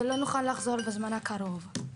ולא נוכל לחזור בזמן הקרוב.